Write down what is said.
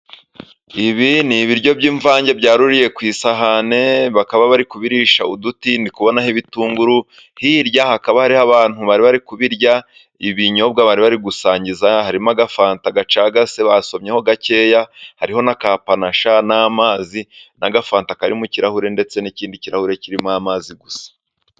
Ibi ni ibiryo by'imvange byaruriye ku isahane, bakaba bari kubirisha uduti, ndi kubonaho ibitunguru hirya hakaba hariho abantu bari bari kubirya, ibinyobwa bari bari gusangiza harimo agafanta gacagase basomyeho gakeya, hariho na kapanashi n'amazi n'agafanta kari mu kirahure ndetse n'ikindi kirahure kirimo amazi gusa.